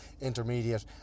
Intermediate